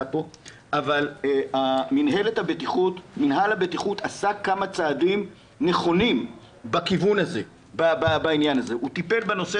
פה אבל מינהל הבטיחות עשה כמה צעדים נכונים בכיוון הזה: הוא טיפל בנושא